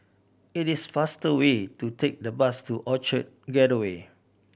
it is faster way to take the bus to Orchard Gateway